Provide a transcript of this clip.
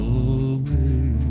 away